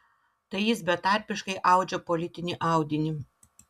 tai jis betarpiškai audžia politinį audinį